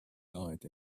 died